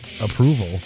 approval